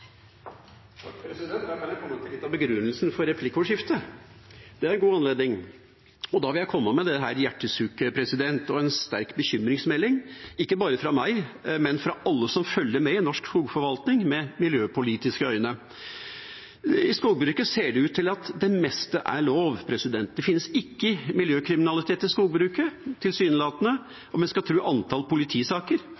jeg komme litt inn på begrunnelsen for replikkordskiftet. Det er en god anledning. Jeg vil komme med dette hjertesukket og en sterk bekymringsmelding, ikke bare fra meg, men fra alle som følger med i norsk skogforvaltning med miljøpolitiske øyne. I skogbruket ser det ut til at det meste er lov. Det finnes ikke miljøkriminalitet i skogbruket, tilsynelatende,